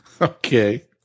Okay